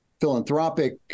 philanthropic